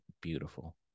beautiful